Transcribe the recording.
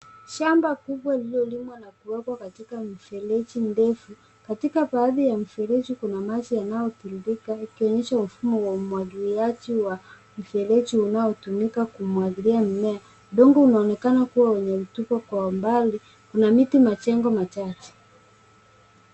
Shamba kubwa lililolimwa na kuweka katika mifereji mirefu. Katika baadhi ya mifereji kuna maji yanayotiririka yakionyesha mfumo wa umwangiliaji wa mfereji unaotumika kwa kumwagilia mimea. Udongo unaonekana kuwa umetupwa kwa umbali. Kuna miti, majengo machache.